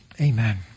Amen